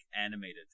animated